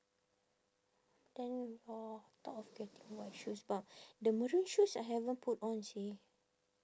then uh thought of getting white shoes but the maroon shoes I haven't put on seh